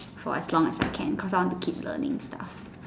for as long as I can cause I want to keep learning and stuff